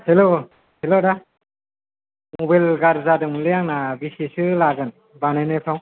हेल' hello आदा mobile गाज्रि जादोंमोनलै आंना बेसेसो लागोन बानायनायफ्राव